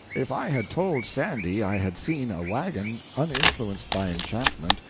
if i had told sandy i had seen a wagon, uninfluenced by enchantment,